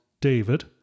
David